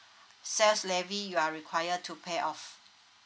sales levy you are require to pay off